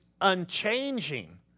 unchanging